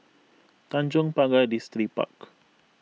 Tanjong Pagar Distripark